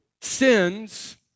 sins